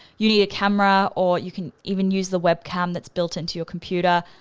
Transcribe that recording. you need a camera or you can even use the webcam that's built into your computer.